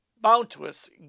bounteous